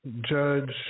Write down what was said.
judge